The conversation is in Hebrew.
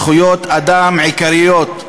זכויות אדם עיקריות.